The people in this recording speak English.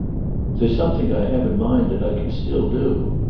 there's something i have in mind that i can still do.